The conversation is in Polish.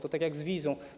To tak jak z wizą.